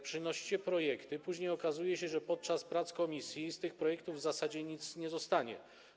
Przynosicie projekty, później okazuje się, że podczas prac komisji z tych projektów w zasadzie nic nie zostaje.